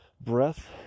breath